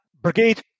brigade